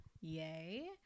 yay